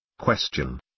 Question